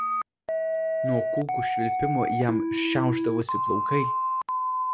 nuo kulkų švilpimo jam šiaušdavosi plaukai